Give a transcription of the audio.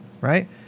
right